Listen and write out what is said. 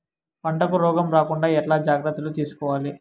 పంటకు రోగం రాకుండా ఎట్లా జాగ్రత్తలు తీసుకోవాలి?